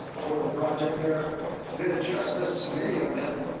for the project, there have been adjustments, many of them